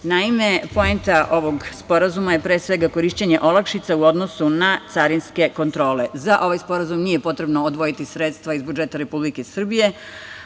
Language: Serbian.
Kine. Naime, poenta ovog sporazuma je korišćenje olakšica u odnosu na carinske kontrole. Za ovaj sporazum nije potrebno odvojiti sredstva iz budžeta Republike Srbije,